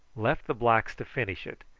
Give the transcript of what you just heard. left the blacks to finish it,